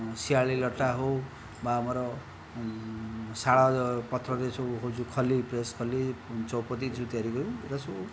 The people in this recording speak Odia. ଶିଆଳି ଲଟା ହେଉ ବା ଆମର ଶାଳ ପତ୍ରରେ ସବୁ ଯେଉଁ ଖଲି ପ୍ରେସ୍ ଖଲି ଚଉପତି ଯେଉଁ ତିଆରି ହୁଏ ଏଗୁରା ସବୁ